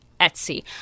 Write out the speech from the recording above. Etsy